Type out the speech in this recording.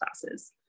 classes